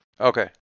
okay